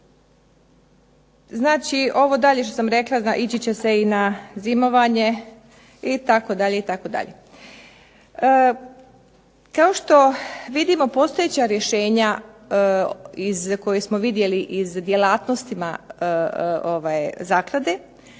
Znači ovo dalje što sam rekla ići će se na zimovanje itd. Kao što vidimo postojeća rješenje iz djelatnosti zaklade,